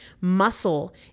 Muscle